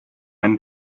and